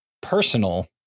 personal